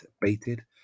baited